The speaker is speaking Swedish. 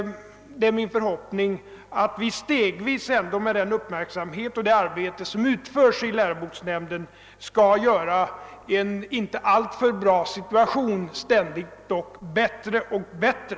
Jag hoppas ati vi tack vare det uppmärksamma arbete som utförs av läroboksnämnden stegvis skall kunna söra en iate alltför bra situation bättre och bättre.